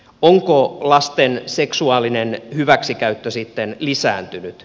onko lasten seksuaalinen hyväksikäyttö sitten lisääntynyt